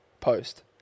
post